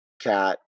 cat